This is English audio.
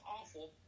awful